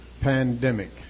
pandemic